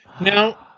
Now